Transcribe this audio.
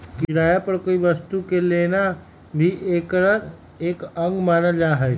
किराया पर कोई वस्तु के लेना भी एकर एक अंग मानल जाहई